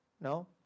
no